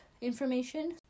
information